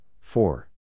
four